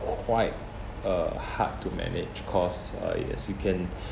quite uh hard to manage cause uh as you can